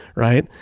right?